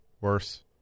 worse